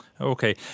Okay